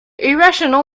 irrational